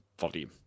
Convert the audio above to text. volume